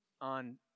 on